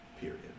period